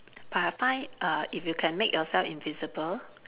but I find uh if you can make yourself invisible